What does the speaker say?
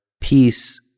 peace